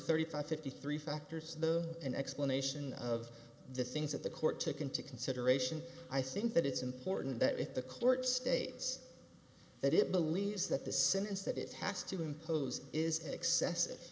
thirty five fifty three factors the an explanation of the things that the court took into consideration i think that it's important that if the court states that it believes that the sentence that it has to impose is excessive